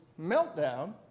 meltdown